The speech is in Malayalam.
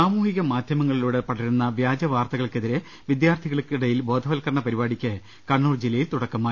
സാമൂഹിക മാധ്യമങ്ങളിലൂടെ പടരുന്ന വ്യാജവാർത്തകൾക്കെ തിരെ വിദ്യാർഥികൾക്കിടയിൽ ബോധ്യപ്പത്കരണ പരിപാടിക്ക് ക ണ്ണൂർ ജില്ലയിൽ തുടക്കമായി